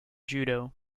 judo